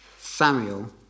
Samuel